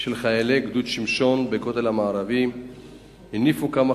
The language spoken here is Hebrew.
של חיילי גדוד שמשון בכותל המערבי הניפו כמה